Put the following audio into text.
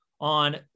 on